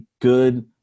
good